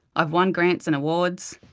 i've won grants and awards.